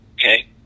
Okay